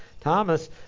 Thomas